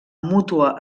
mútua